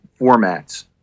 formats